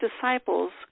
disciples